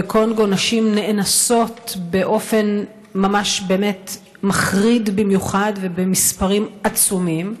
בקונגו נשים נאנסות באופן ממש מחריד במיוחד ובמספרים עצומים.